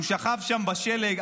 הוא שכב שם בשלג.